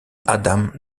adam